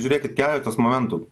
žiūrėkit keletas momentų